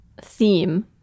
theme